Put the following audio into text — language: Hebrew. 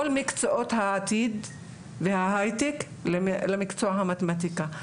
מקצועות העתיד וההייטק למקצוע המתמטיקה.